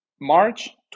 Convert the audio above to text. March